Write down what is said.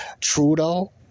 Trudeau